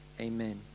amen